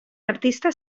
artista